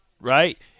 right